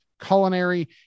culinary